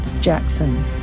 Jackson